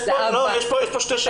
יש פה שתי שאלות.